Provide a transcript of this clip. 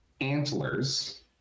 antlers